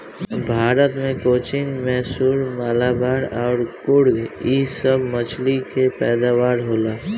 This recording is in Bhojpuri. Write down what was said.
भारत मे कोचीन, मैसूर, मलाबार अउर कुर्ग इ सभ मछली के पैदावार होला